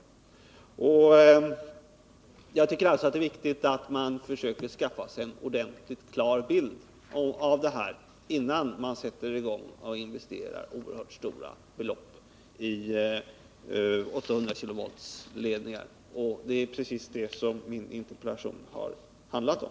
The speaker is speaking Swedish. Jag tycker mot denna bakgrund att det är viktigt att man försöker skaffa sig en ordentlig och klar bild av hur det förhåller sig innan man sätter i gång och investerar oerhört stora belopp i 800-kV-ledningar. Det är precis detta som min interpellation har handlat om.